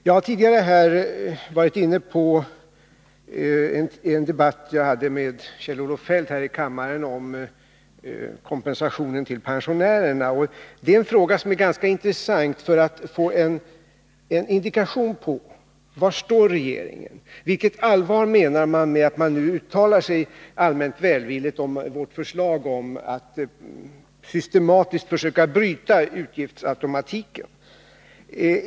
Jag har tidigare i dag berört den debatt jag här i kammaren förde med Kjell-Olof Feldt om kompensationen till pensionärerna. Det är en fråga där det är ganska intressant att få en indikation på var regeringen står. Hur allvarlig är man när man uttalar sig allmänt välvilligt om vårt förslag om att systematiskt försöka bryta utgiftsautomatiken?